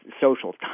social